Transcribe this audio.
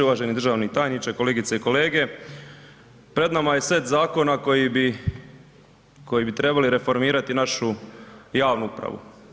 Uvaženi državni tajniče, kolegice i kolege pred nama je set zakona koji bi trebali reformirati našu javnu upravu.